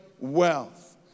wealth